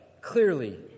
clearly